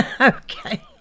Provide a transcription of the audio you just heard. Okay